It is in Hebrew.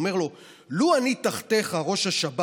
הוא אומר לו: "לו אני תחתיך, ראש השב"כ,